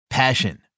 Passion